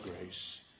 grace